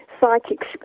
psychics